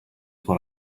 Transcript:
what